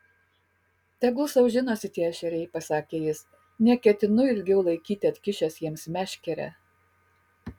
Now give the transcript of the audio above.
tegul sau žinosi tie ešeriai pasakė jis neketinu ilgiau laikyti atkišęs jiems meškerę